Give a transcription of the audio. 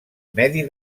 medi